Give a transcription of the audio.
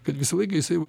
kad visą laiką jisai